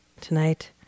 tonight